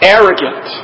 Arrogant